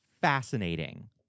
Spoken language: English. fascinating